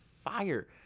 fire